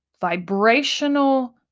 vibrational